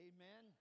Amen